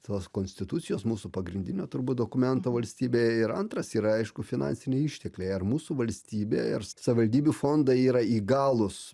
tos konstitucijos mūsų pagrindinio turbūt dokumento valstybėje ir antras yra aišku finansiniai ištekliai ar mūsų valstybė ir savivaldybių fondai yra įgalūs